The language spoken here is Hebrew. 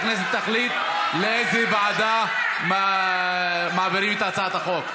וועדת הכנסת תחליט לאיזו ועדה מעבירים את הצעת החוק.